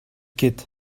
ket